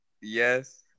Yes